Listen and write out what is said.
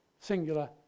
singular